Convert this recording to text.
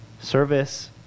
service